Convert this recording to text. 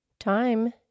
Time